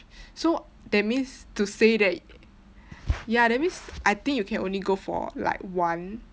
so that means to say that ya that means I think you can only go for like one